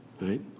Right